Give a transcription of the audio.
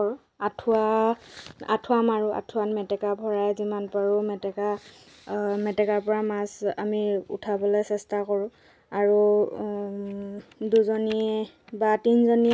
বেজী কৰি দিয়াৰ পিছত ডিম কণী দিয়ে কণীৰ পৰা মাছৰ পোৱালি জন্ম লয় পোৱালিৰ পৰা পোৱালি যেতিয়া জন্ম লয় তেতিয়া পুখুৰীত নাইবা ফিছাৰীত দি দিয়ে ফিছাৰীত দিয়াৰ পিছত মাছ